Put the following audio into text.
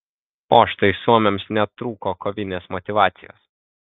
o štai suomiams netrūko kovinės motyvacijos